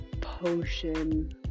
potion